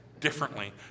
differently